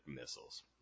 missiles